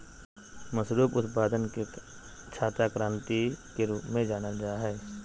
mushroom उत्पादन के छाता क्रान्ति के रूप में जानल जाय हइ